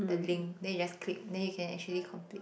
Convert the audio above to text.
the link then you just click then you can actually complete